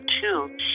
two